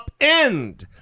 upend